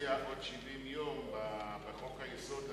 מהקונסטיטוציה עוד 70 יום בחוק-היסוד הזה,